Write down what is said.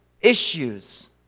issues